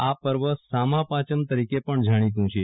આ પર્વ સામા પયમ તરીકે પણ જાણીતું છે